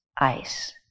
ice